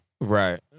Right